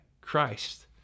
Christ